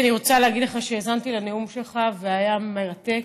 אני רוצה להגיד לך שהאזנתי לנאום שלך והיה מרתק.